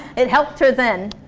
it helped her then,